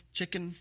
Chicken